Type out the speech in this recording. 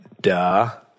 duh